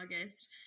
August